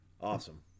Awesome